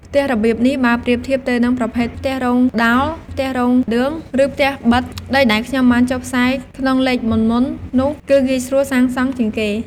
ផ្ទះរបៀបនេះ បើប្រៀបធៀបទៅនឹងប្រភេទផ្ទះរោងដោល, ផ្ទះរោងឌឿង ឬផ្ទះប៉ិត ដូចដែលខ្ញុំបានចុះផ្សាយក្នុងលេខមុនៗនោះ គឺងាយស្រួលសាងសង់ជាងគេ។